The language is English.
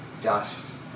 dust